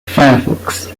firefox